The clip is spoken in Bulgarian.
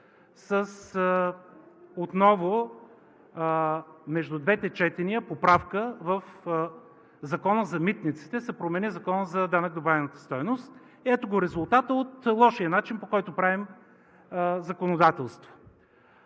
с поправка между двете четения – в Закона за митниците се промени Законът за данък върху добавената стойност. Ето го резултата от лошия начин, по който правим законодателство.